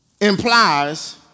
Implies